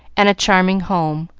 and a charming home,